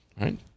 right